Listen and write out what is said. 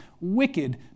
wicked